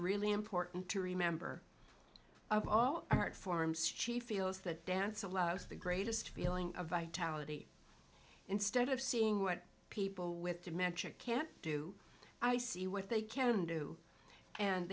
really important to remember of all art forms she feels that dance allows the greatest feeling of vitality instead of seeing what people with dementia can do i see what they can do and